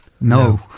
No